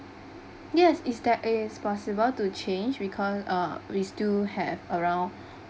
yes it's that it's possible to change because uh we still have around